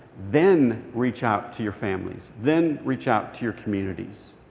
then reach out to your families. then reach out to your communities.